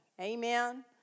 Amen